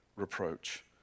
reproach